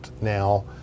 now